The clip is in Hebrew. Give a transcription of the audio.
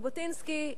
ז'בוטינסקי,